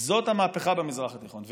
זאת המהפכה במזרח התיכון.